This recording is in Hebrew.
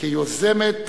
כיוזמת